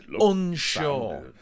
Unsure